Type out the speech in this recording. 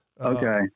Okay